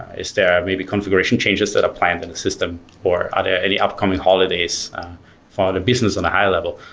is there maybe configuration changes that are planned in the system, or are there any upcoming holidays for the business on the high level,